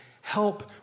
help